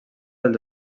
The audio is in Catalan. dels